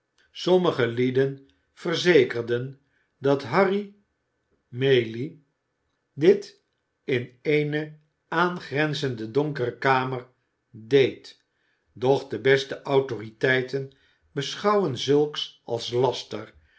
sommige lieden verzekerden dat harry maylie dit in eene aangrenzende donkere kamer deed doch de beste autoriteiten beschouwen zulks als laster